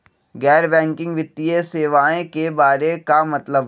गैर बैंकिंग वित्तीय सेवाए के बारे का मतलब?